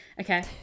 Okay